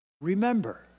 remember